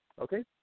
Okay